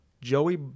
Joey